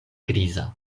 griza